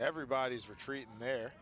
everybody's retreat and there